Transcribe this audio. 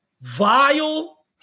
vile